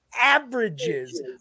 Averages